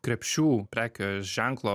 krepšių prekios ženklo